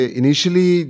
initially